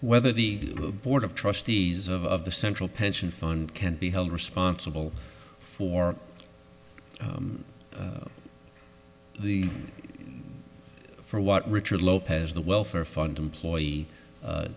whether the board of trustees of the central pension fund can be held responsible for the for what richard lopez the welfare fund employee